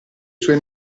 suoi